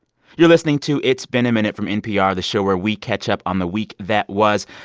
you're listening to it's been a minute from npr, the show where we catch up on the week that was.